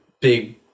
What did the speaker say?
big